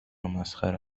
مسخره